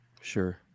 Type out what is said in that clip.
Sure